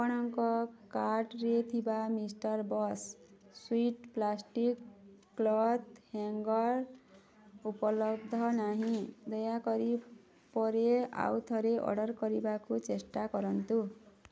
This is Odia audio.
ଆପଣଙ୍କ କାର୍ଟ୍ରେ ଥିବା mister boss swift plastic cloth hanger ଉପଲବ୍ଧ ନାହିଁ ଦୟାକରି ପରେ ଆଉଥରେ ଅର୍ଡ଼ର୍ କରିବାକୁ ଚେଷ୍ଟା କରନ୍ତୁ